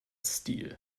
stil